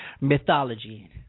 mythology